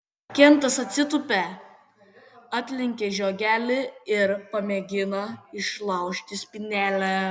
kentas atsitūpia atlenkia žiogelį ir pamėgina išlaužti spynelę